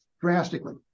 drastically